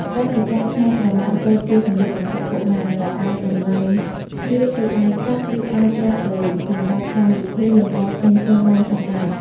ក្រៅពីការច្នៃក្រមាសូត្រជាសម្លៀកបំពាក់កុមារ ក៏អាចបំលែងវាជា អាវកាក់ ឬ អាវក្រោះហ្សេ សម្រាប់កម្មវិធីលម្អផ្សេងៗបានផងដែរ។